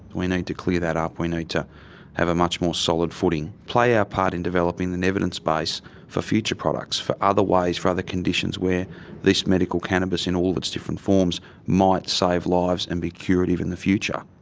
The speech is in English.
we need to clear that up, we need to have a much more solid footing, play our part in developing an evidence base for future products, for other ways, for other conditions where this medical cannabis in all of its different forms might save lives and be curative in the future.